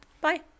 Bye